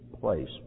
place